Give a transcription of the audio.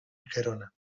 gerona